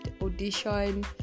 audition